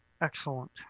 Excellent